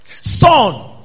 son